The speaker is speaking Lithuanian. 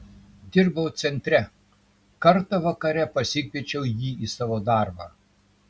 dirbau centre kartą vakare pasikviečiau jį į savo darbą